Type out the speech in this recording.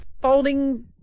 folding